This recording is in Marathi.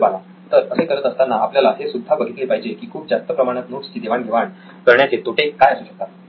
प्रोफेसर बाला तर असे करत असताना आपल्याला हे सुद्धा बघितले पाहिजे की खूप जास्त प्रमाणात नोट्स ची देवाण घेवाण करण्याचे तोटे काय असू शकतात